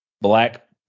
Black